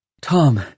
Tom